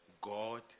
God